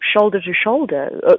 shoulder-to-shoulder